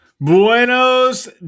Buenos